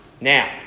Now